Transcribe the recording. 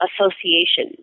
association